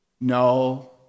No